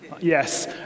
Yes